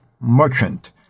merchant